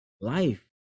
Life